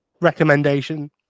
recommendation